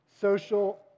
social